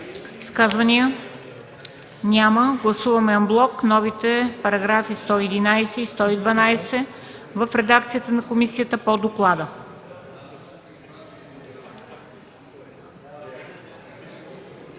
Изказвания? Няма. Гласуваме анблок новите параграфи 111 и 112 в редакцията на комисията по доклада.